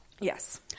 yes